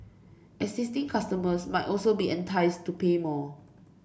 existing customers might also be enticed to pay more